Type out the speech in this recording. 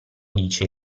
dice